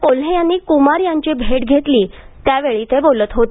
कोल्हे यांनी क्मार यांची भेट घेतली त्यावेळी ते बोलत होते